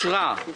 הצבעה בעד,